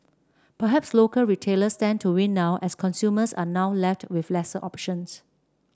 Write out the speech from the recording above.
perhaps local retailers stand to win now as consumers are now left with lesser options